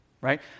Right